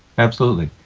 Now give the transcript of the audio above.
absolutely.